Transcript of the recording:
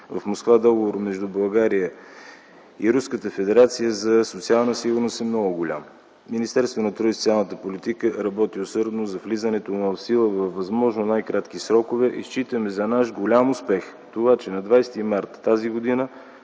в Москва Договор между България и Руската федерация за социална сигурност е много голям. Министерството на труда и социалната политика работи усърдно за влизането му в сила във възможно най-кратки срокове. Считаме за наш голям успех, че на 20 март т.г.